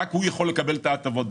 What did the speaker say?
רק הוא יכול לקבל את ההטבות.